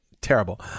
terrible